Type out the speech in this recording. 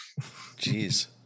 Jeez